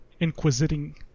inquisiting